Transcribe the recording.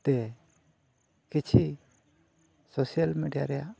ᱛᱮ ᱠᱤᱪᱷᱤ ᱨᱮᱭᱟᱜ